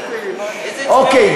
אוקיי.